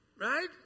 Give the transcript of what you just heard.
Right